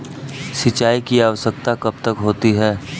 सिंचाई की आवश्यकता कब होती है?